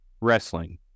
wrestling